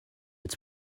its